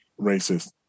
racist